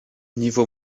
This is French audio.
niveau